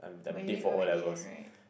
but you did well at the end right